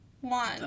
one